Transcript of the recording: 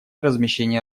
размещения